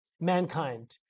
mankind